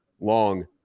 long